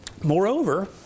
Moreover